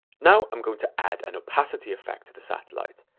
now, i'm going to add an opacity effect to the satellite.